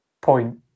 point